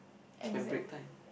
it's my break time